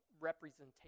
representation